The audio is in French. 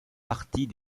partie